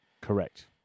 Correct